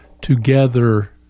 together